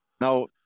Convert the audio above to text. Now